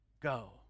Go